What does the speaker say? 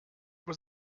was